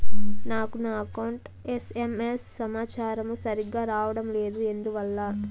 నాకు నా account SMS సమాచారము సరిగ్గా రావడం లేదు ఎందువల్ల?